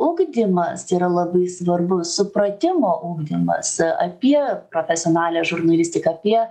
ugdymas yra labai svarbu supratimo ugdymas apie profesionalią žurnalistiką apie